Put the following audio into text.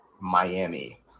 Miami